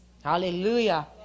Hallelujah